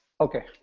Okay